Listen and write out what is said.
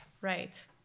Right